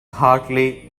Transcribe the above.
hardly